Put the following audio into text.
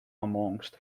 amongst